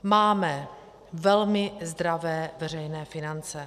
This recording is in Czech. Máme velmi zdravé veřejné finance.